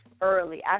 early